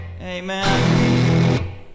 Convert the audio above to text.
amen